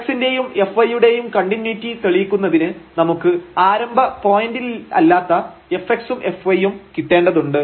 fx ന്റെയും fy യുടെയും continuity തെളിയിക്കുന്നതിന് നമുക്ക് ആരംഭ പോയിന്റിലല്ലാത്ത fx ഉം fy ഉം കിട്ടേണ്ടതുണ്ട്